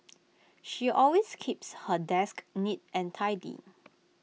she always keeps her desk neat and tidy